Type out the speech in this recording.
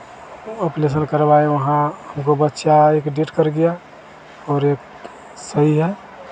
operation करवाए वहाँ एक गो बच्चा एक डेड कर गया और एक सही है